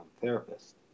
therapist